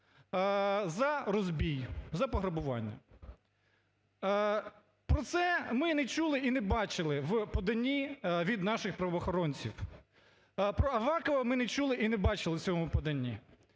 за розбій, за пограбування. Про це ми не чули і не бачили в поданні від наших правоохоронців, про Авакова ми не чули і не бачили в цьому поданні.